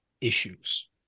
issues